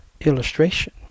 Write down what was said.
illustration